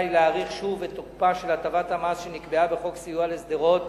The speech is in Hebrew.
להאריך שוב את תוקפה של הטבת המס שנקבעה בחוק סיוע לשדרות